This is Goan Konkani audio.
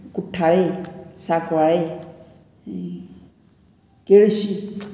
कुठाळ्ळे सांकवाळे केळशी